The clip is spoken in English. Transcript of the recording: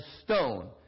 stone